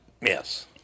Yes